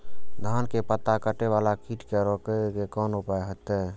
धान के पत्ता कटे वाला कीट के रोक के कोन उपाय होते?